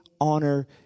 honor